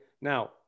now